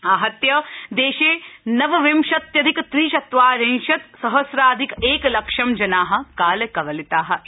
आहत्य देशे नवविंशत्यधिक त्रिचत्वारिंशत् सहस्राधिक एकलक्ष्मं जना कालकवलिता इति